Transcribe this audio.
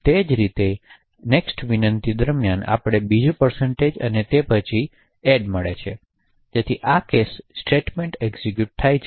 એ જ રીતે આગામી વિનંતી દરમ્યાન આપણને બીજો અને તે પછી ad મળે છે અને તેથી આ કેસ સ્ટેટમેન્ટ એક્ઝિક્યુટ થાય છે